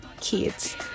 kids